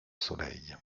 soleil